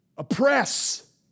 Oppress